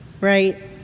Right